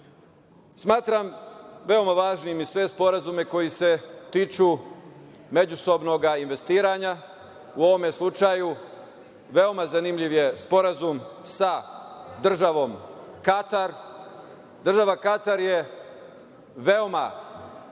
veoma važnim i sve sporazume koji se tiču međusobnog investiranja. U ovom slučaju, veoma zanimljiv je Sporazum sa državom Katar. Država Katar je jedna